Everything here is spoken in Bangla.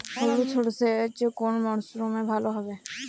হলুদ সর্ষে কোন মরশুমে ভালো হবে?